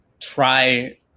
try